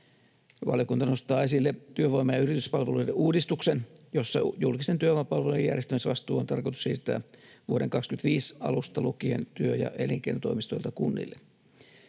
Valiokunta nostaa esille työvoima- ja yrityspalveluiden uudistuksen, jossa julkisten työvoimapalvelujen järjestämisvastuu on tarkoitus siirtää vuoden 25 alusta lukien työ- ja elinkeinotoimistoilta kunnille.